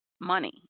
money